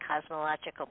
cosmological